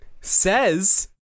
says